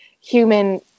human